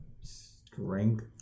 strength